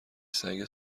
سگه